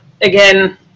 again